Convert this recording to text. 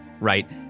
right